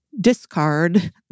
Discard